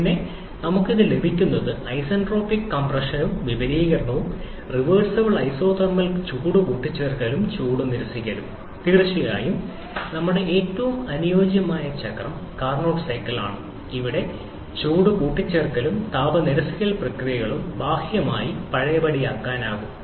പിന്നെ നമുക്ക് ഇത് ലഭിക്കുന്നത് ഐസന്റ്രോപിക് കംപ്രഷനും വിപുലീകരണവും റിവേർസിബിൾ ഐസോതെർമൽ ചൂട് കൂട്ടിച്ചേർക്കലും ചൂട് നിരസിക്കലും തീർച്ചയായും നമ്മുടെ ഏറ്റവും അനുയോജ്യമായ ചക്രം കാർനോട്ട് സൈക്കിൾ ആണ് ഇവിടെ ചൂട് കൂട്ടിച്ചേർക്കലും താപ നിരസിക്കൽ പ്രക്രിയകളും ബാഹ്യമായി പഴയപടിയാക്കാനാകും